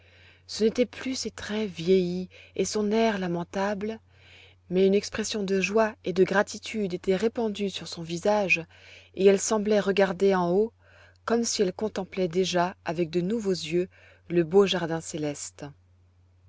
ce n'étaient plus ses traits vieillis et son air lamentable mais une expression de joie et de gratitude était répandue sur son visage et elle semblait regarder en haut comme si elle contemplait déjà avec de nouveaux yeux le beau jardin céleste